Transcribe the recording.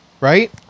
Right